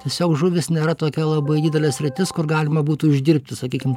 tiesiog žuvys nėra tokia labai didelė sritis kur galima būtų uždirbti sakykim